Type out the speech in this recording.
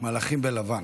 מלאכים בלבן.